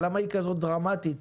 למה היא כזאת דרמטית?